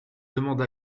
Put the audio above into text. demande